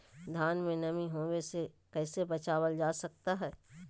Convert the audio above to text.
धान में नमी होने से कैसे बचाया जा सकता है?